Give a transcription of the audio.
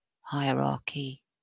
hierarchy